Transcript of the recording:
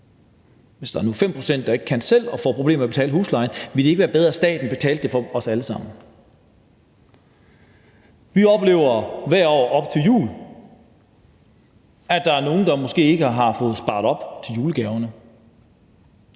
Hvis der nu er 5 pct., der ikke kan selv, og som får problemer med at betale huslejen, ville det så ikke være bedre, at staten betalte den for os alle sammen? Vi oplever hvert år op til jul, at der er nogle, der måske ikke har fået sparet op til julegaverne.